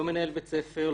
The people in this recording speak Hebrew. לא מנהל בית ספר,